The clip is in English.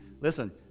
Listen